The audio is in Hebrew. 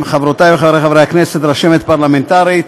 חברותי וחברי חברי הכנסת, רשמת פרלמנטרית,